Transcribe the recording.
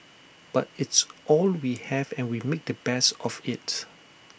but it's all we have and we make the best of IT